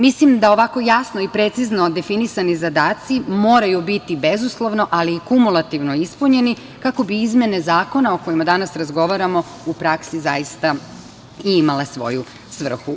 Mislim da ovako jasno i precizno definisani zadaci moraju biti bezuslovno, ali i kumulativno ispunjeni kako bi izmene zakona o kojima danas razgovaramo u praksi zaista i imale svoju svrhu.